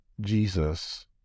Jesus